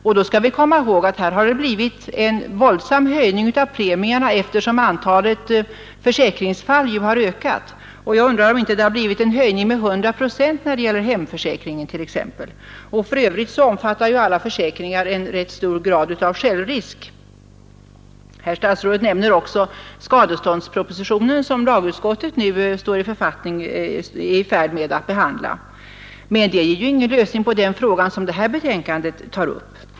Vi skall komma ihåg att det har blivit en kraftig höjning av premierna, eftersom antalet försäk ringsfall har ökat; jag tror att premien höjts med 100 procent när det gäller hemförsäkringen t.ex. För övrigt gäller för alla försäkringar en rätt stor självrisk. Herr statsrådet nämner också skadeståndspropositionen, som lagutskottet är i färd med att behandla. Men den anvisar ingen lösning på den fråga som det här betänkandet tar upp.